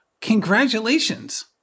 Congratulations